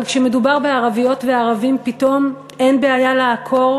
אבל כשמדובר בערביות וערבים פתאום אין בעיה לעקור?